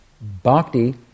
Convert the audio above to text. Bhakti